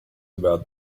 about